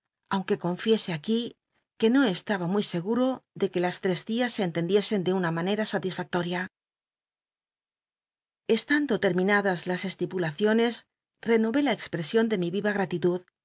aunque confiese aquí que no esta ba ruuy seguro de que las tres lias se entendiesen de una manera salisractoria estando letmimul ls las estipulaciones renoyé la cxpresion de mi int grati